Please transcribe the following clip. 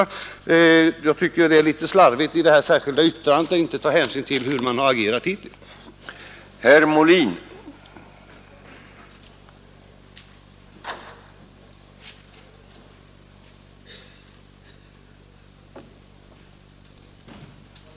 Men jag tycker att det är direkt vilseledande att man i detta särskilda yttrande inte har tagit hänsyn till hur man agerat tidigare, när man i riksdagen framför allt krävt expertutredningar och icke parlamentariska utredningar.